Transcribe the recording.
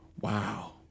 Wow